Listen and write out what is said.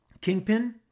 Kingpin